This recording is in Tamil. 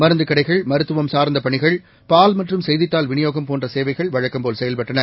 மருந்துகடைகள் மருத்துவம்சார்ந்தப்பணிகள் பால்மற்றும்செய்தித்தாள்விநியோகம்போன்றசேவைகள்வழ க்கம்போல்செயல்பட்டன